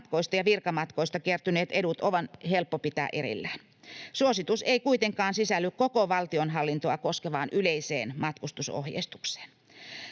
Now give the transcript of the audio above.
lomamatkoista ja virkamatkoista kertyneet edut on helppo pitää erillään. Suositus ei kuitenkaan sisälly koko valtionhallintoa koskevaan yleiseen matkustusohjeistukseen.